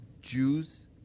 Jews